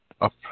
up